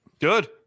good